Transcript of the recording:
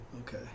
Okay